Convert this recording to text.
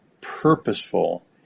purposeful